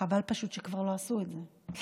חבל פשוט שכבר לא עשו את זה.